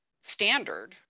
standard